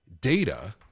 data